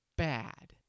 Bad